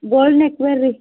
gold neckwear ರೀ